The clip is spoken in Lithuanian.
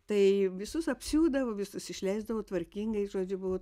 tai visus apsiūdavo visus išleisdavo tvarkingai žodžiu buvo